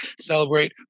celebrate